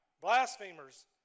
blasphemers